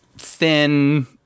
Thin